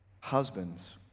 Husbands